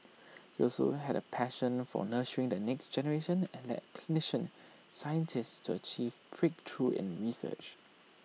he also had A passion for nurturing the next generation and led clinician scientists to achieve breakthroughs in research